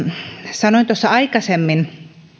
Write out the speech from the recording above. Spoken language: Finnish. sanoin aikaisemmin